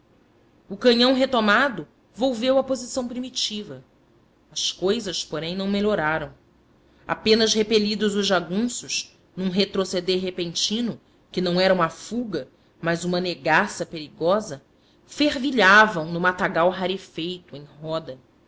o canhão retomado volveu à posição primitiva as cousas porém não melhoraram apenas repelidos os jagunços num retroceder repentino que não era uma fuga mas uma negaça perigosa fervilharam no matagal rarefeito em roda